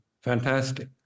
fantastic